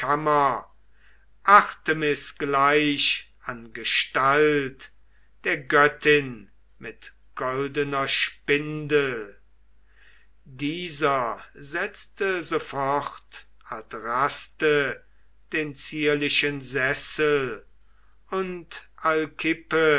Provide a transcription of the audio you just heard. gleich an gestalt der göttin mit goldener spindel dieser setzte sofort adraste den zierlichen sessel und